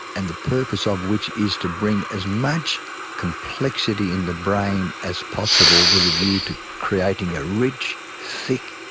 and the purpose of which is to bring as much complexity in the brain as possible with a view to creating a rich, thick,